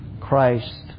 Christ